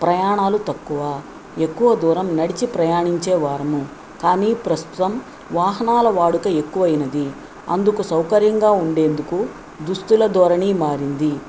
ప్రయాణాలు తక్కువ ఎక్కువ దూరం నడిచి ప్రయాణించే వారము కానీ ప్రస్తుతం వాహనాల వాడుక ఎక్కువైనది అందుకు సౌకర్యంగా ఉండేందుకు దుస్తుల ధోరణి మారింది